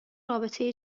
رابطه